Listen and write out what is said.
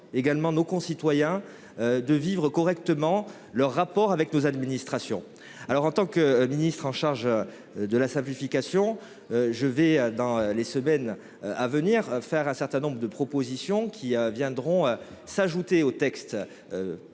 et nos concitoyens de vivre correctement leurs rapports avec nos administrations. En tant que ministre chargé de la simplification, je ferai dans les semaines à venir un certain nombre de propositions qui viendront s’ajouter au projet